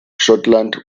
schottland